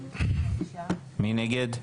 מי נגד?